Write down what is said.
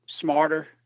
smarter